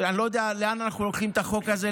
אני לא יודע לאן אנחנו לוקחים את החוק הזה,